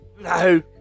No